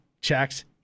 checks